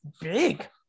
big